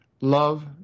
love